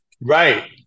Right